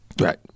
Right